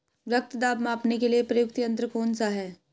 रक्त दाब मापने के लिए प्रयुक्त यंत्र कौन सा है?